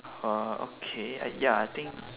oh okay uh ya I think